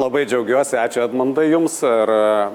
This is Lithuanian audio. labai džiaugiuosi ačiū edmundai jums ir